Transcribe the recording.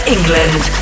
England